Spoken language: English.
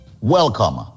Welcome